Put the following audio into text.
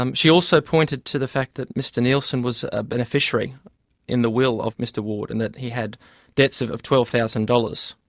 um she also pointed to the fact that mr nielsen was a beneficiary in the will of mr ward, and that he had debts of of twelve thousand dollars.